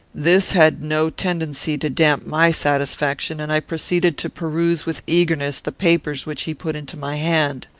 this had no tendency to damp my satisfaction, and i proceeded to peruse with eagerness the papers which he put into my hand.